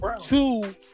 two